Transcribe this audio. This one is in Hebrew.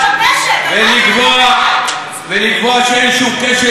ולקבוע שאין שום קשר היסטורי בין העם